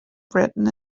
written